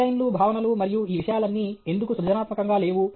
డిజైన్లు భావనలు మరియు ఈ విషయాలన్నీ ఎందుకు సృజనాత్మకంగా లేవు